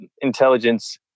Intelligence